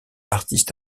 artistes